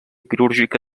quirúrgica